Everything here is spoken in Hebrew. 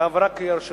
ועברה קריאה ראשונה.